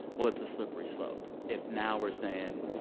well, it's a slippery slope. if now we're saying,